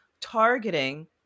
targeting